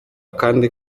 kandi